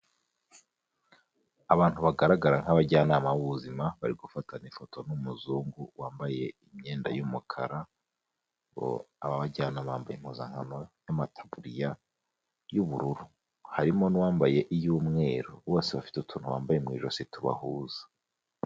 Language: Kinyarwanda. Abantu bagaragara nk'abajyanama b'ubuzima bari gufatana ifoto n'umuzungu wambaye imyenda y'umukara, aba bajyanama bambaye impuzankano y'amataburiya y'ubururu, harimo n'uwambaye iy'umweru, bose bafite utuntu bambaye mu ijosi tubahuza.